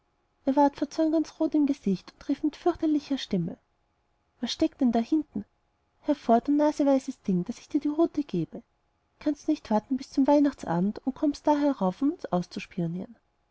ward vor zorn ganz rot im gesicht und rief mit einer fürchterlichen stimme was steckt denn da hinten hervor du kleines naseweises ding daß ich dir die rute gebe kannst du nicht warten bis zu dem weihnachtsabend und kommst da herauf um uns auszu